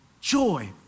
joy